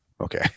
Okay